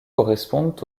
correspondent